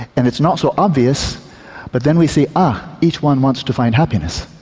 and it's not so obvious but then we say ah, each one wants to find happiness,